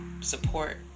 support